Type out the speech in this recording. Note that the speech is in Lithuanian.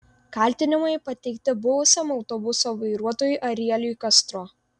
kaltinimai pateikti buvusiam autobuso vairuotojui arieliui kastro